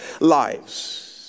lives